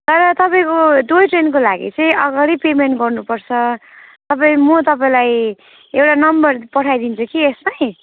तर तपाईँको टोय ट्रेनको लागि चाहिँ अगाडि नै पेमेन्ट गर्नुपर्छ तपाईँ म तपाईँलाई एउटा नम्बर पठाइदिन्छु कि यसमै